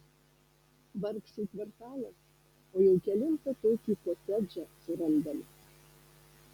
vargšų kvartalas o jau kelintą tokį kotedžą surandame